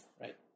Right